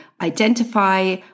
identify